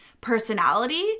personality